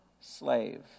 slave